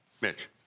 Mitch